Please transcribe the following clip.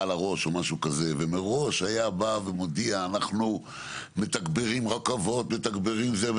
על הראש ומראש היה בא ומודיע: אנחנו מתגברים רכבות ומתגברים זה,